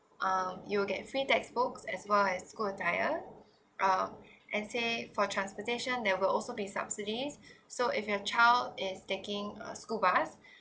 uh you will get free textbooks as well as school attire uh and say for transportation there will also be subsidies so if your child is taking uh school bus